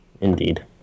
Indeed